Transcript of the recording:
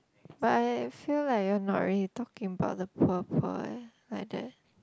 but I feel like you are not really talking about the poor poor eh like that